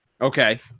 Okay